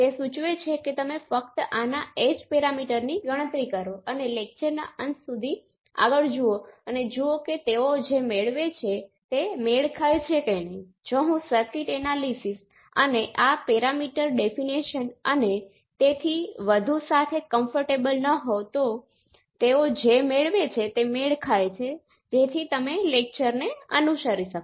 તેથી પેરામીટર 1 2 અને પેરામીટર 2 1 વચ્ચે કેટલાક સંબંધ હોવાનું જણાય છે એટલે કે પોર્ટ 1 થી પોર્ટ 2 અને પોર્ટ 2 થી પોર્ટ 1 સુધીના પ્રસારણ વચ્ચે